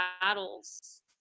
battles